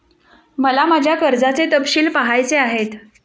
मला माझ्या कर्जाचे तपशील पहायचे आहेत